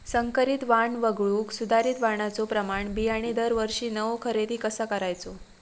संकरित वाण वगळुक सुधारित वाणाचो प्रमाण बियाणे दरवर्षीक नवो खरेदी कसा करायचो?